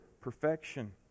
perfection